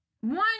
One